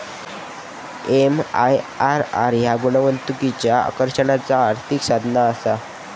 MIRR ह्या गुंतवणुकीच्या आकर्षणाचा आर्थिक साधनआसा